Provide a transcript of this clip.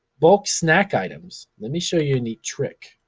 bulk snack items, let me show you a neat trick.